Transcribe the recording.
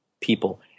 people